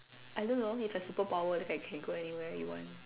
I don't know it's a superpower that I can go anywhere you want